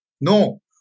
No